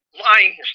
Lying